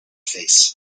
face